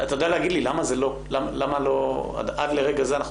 אתה יודע להגיד לי למה עד לרגע זה אנחנו